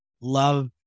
love